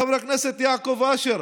חבר הכנסת יעקב אשר,